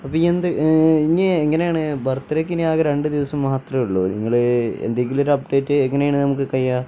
അപ്പോള് ഈ എന്ത് ഇനി എങ്ങനെയാണ് ബർത്ത്ഡേക്കിനി ആകെ രണ്ടു ദിവസം മാത്രമേ ഉള്ളൂ നിങ്ങള് എന്തെങ്കിലുമൊരു അപ്ഡേറ്റ് എങ്ങനെയാണ് നമുക്കു കഴിയുക